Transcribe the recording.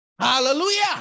Hallelujah